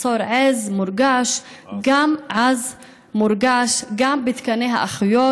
מחסור עז מורגש גם בתקני האחיות,